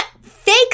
fake